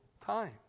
time